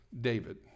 David